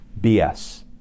BS